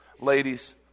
Ladies